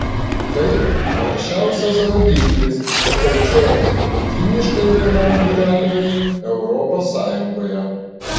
tai aukščiausias rodiklis skaičiuojant vidutiniškai vienam gyventojui europos sąjungoje